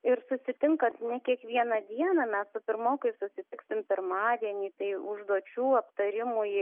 ir susitinkat ne kiekvieną dieną mes su pirmokais susitiksime pirmadienį tai užduočių aptarimui